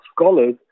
scholars